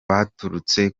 baturutse